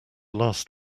last